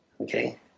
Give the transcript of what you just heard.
Okay